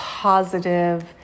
positive